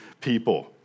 people